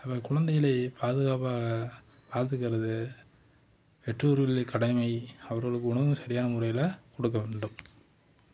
நம்ம குழந்தைகளை பாதுகாப்பாக பார்த்துக்கறது பெற்றோர்களின் கடமை அவர்களுக்கு உணவு சரியான முறையில் கொடுக்க வேண்டும்